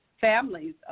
families